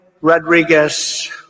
Rodriguez